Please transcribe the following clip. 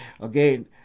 again